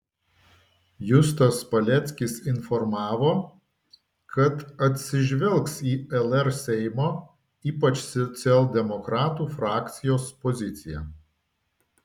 justas paleckis informavo kad atsižvelgs į lr seimo ypač socialdemokratų frakcijos poziciją